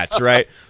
right